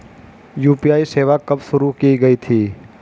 UPI सेवा कब शुरू की गई थी?